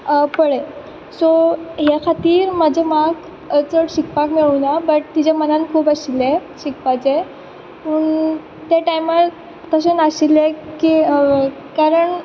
पळय सो ह्या खातीर म्हाज्या माक चड शिकपाक मेळूंना बट तिज्या मनान खूब आशिल्लें शिकपाचें पूण ते टायमार तशें नाशिल्लें की कारण